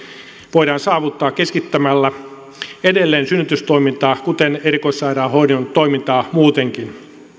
voidaan saavuttaa keskittämällä edelleen synnytystoimintaa kuten erikoissairaanhoidon toimintaa muutenkin